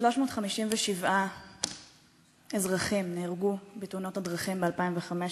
357 אזרחים נהרגו בתאונות דרכים ב-2015.